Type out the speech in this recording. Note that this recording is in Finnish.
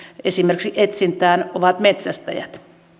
esimerkiksi etsintään ovat metsästäjät